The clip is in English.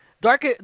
Dark